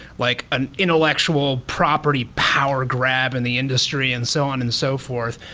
like an intellectual property power grab in the industry and so on and so forth,